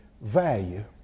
value